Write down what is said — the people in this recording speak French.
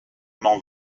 m’en